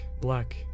black